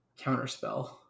Counterspell